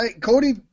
Cody